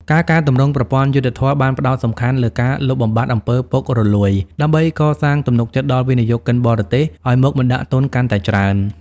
ការកែទម្រង់ប្រព័ន្ធយុត្តិធម៌បានផ្ដោតសំខាន់លើការលុបបំបាត់អំពើពុករលួយ ដើម្បីកសាងទំនុកចិត្តដល់វិនិយោគិនបរទេសឱ្យមកបណ្ដាក់ទុនកាន់តែច្រើន។